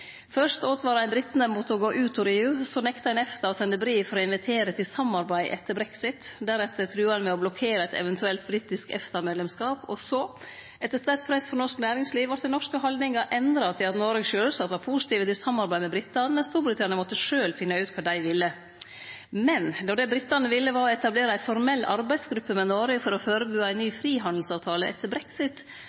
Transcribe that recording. ein britane mot å gå ut or EU. Så nekta ein EFTA å sende brev for å invitere til samarbeid etter brexit. Deretter trua ein med å blokkere eit eventuelt britisk EFTA-medlemskap, og så – etter sterkt press frå norsk næringsliv – vart den norske haldninga endra til at Noreg sjølvsagt var positive til samarbeid med britane, men Storbritannia måtte sjølv finne ut kva dei ville. Men då det britane ville, var å etablere ei formell arbeidsgruppe med Noreg for å førebu ein ny frihandelsavtale etter